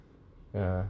ya